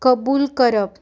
कबूल करप